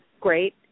great